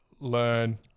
learn